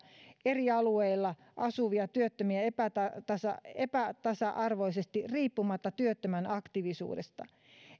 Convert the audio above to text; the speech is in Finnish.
eri alueilla asuvia työttömiä epätasa epätasa arvoisesti riippumatta työttömän aktiivisuudesta